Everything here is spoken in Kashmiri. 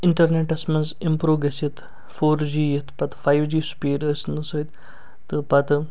اِنٹَرنیٚٹَس منٛز اِمپرٛوٗ گٔژھِتھ فور جی یِتھ پتہٕ فایِو جی سٕپیٖڈ آسنہٕ سۭتۍ تہٕ پتہٕ